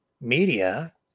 media